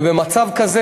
ובמצב כזה,